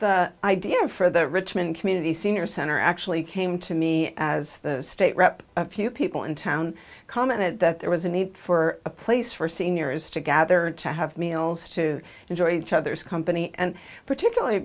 idea for the richmond community senior center actually came to me as the state rep a few people in town commented that there was a need for a place for seniors to gather to have meals to enjoy each other's company and particularly